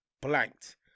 blanked